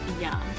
yum